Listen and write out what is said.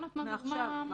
מעכשיו.